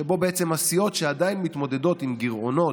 שבו בעצם הסיעות שעדיין מתמודדות עם גירעונות